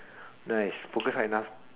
nice focus hard enough